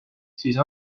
siis